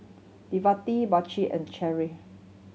Davonte Brycen and Cheri